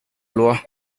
loi